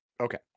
okay